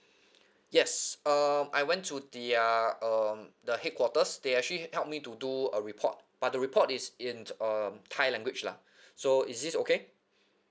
yes um I went to the uh um the headquarters they actually helped me to do a report but the report is in uh thai language lah so is this okay